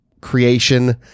creation